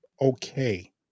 okay